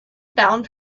found